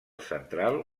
central